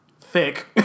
thick